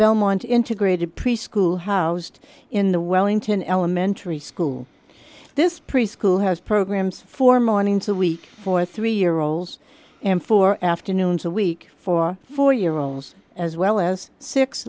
belmont integrated preschool housed in the wellington elementary school this preschool has programs for mornings a week for three year olds and four afternoons a week for four year olds as well as six